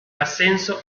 ascenso